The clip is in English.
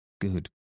Good